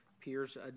peers